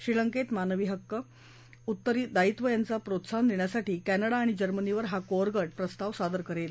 श्रीलंकेत मानीव हक्क उत्तरदायित्व यांचा प्रोत्साहन देण्यासाठी कॅनडा आणि जर्मनीसह हा कोअर गठ प्रस्ताव सादर करेल